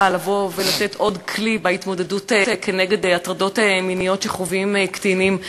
לתת עוד כלי בהתמודדות עם הטרדות מיניות שחווים קטינים.